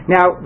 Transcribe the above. Now